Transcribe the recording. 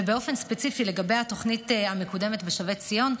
ובאופן ספציפי לגבי התוכנית המקודמת בשבי ציון,